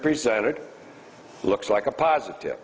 presented looks like a positive